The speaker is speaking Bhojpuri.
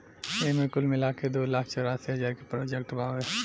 एईमे कुल मिलाके दू लाख चौरासी हज़ार के प्रोजेक्ट बावे